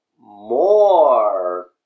more